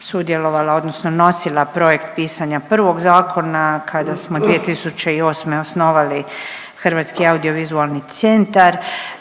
sudjelovala odnosno nosila projekt pisanja prvog zakona kada smo 2008. osnovali Hrvatski audiovizualni centar.